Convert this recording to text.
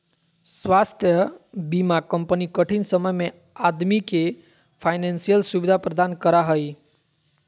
स्वास्थ्य बीमा कंपनी कठिन समय में आदमी के फाइनेंशियल सुविधा प्रदान करा हइ